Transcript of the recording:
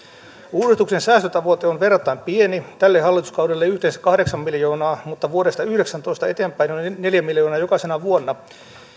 uudistuksen säästötavoite on verrattain pieni tälle hallituskaudelle yhteensä kahdeksan miljoonaa mutta vuodesta yhdeksäntoista eteenpäin noin neljä miljoonaa jokaisena vuonna